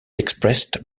expressed